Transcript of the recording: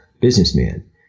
businessman